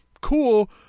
cool